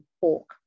pork